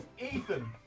Ethan